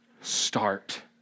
start